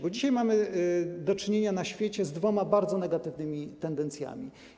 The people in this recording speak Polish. Bo dzisiaj mamy do czynienia na świecie z dwoma bardzo negatywnymi tendencjami.